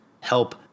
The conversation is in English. help